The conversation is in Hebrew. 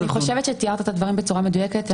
אני חושבת שתיארת את הדברים בצורה מדויקת.